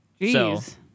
Jeez